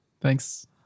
Thanks